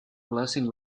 blessing